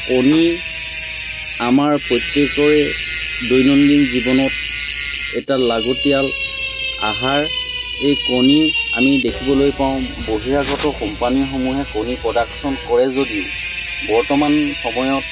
কণী আমাৰ প্ৰত্যেকৰে দৈনন্দিন জীৱনত এটা লাগতিয়াল আহাৰ এই কণী আমি দেখিবলৈ পাওঁ বহিৰাগত কোম্পানীসমূহে কণী প্ৰডাকশ্যন কৰে যদিও বৰ্তমান সময়ত